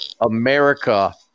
America